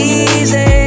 easy